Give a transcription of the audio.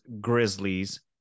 Grizzlies